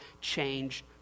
change